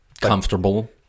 Comfortable